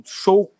show